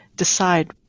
decide